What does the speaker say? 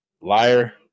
liar